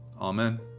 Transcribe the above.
Amen